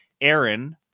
Aaron